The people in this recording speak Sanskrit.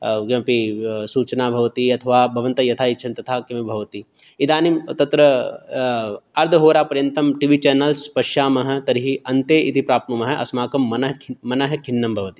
किमपि सूचना भवति अथवा भवन्तः यथा इच्छन्ति तथा किमपि भवति इदानीं तत्र अर्धहोरापर्यन्तं टि वी चैनल्स् पश्यामः तर्हि अन्ते इति प्राप्नुमः अस्माकं मनः मनः खिन्नं भवति